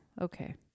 Okay